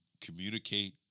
communicate